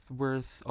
worth